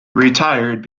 retired